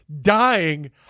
dying